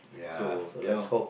so you know